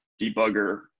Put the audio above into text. debugger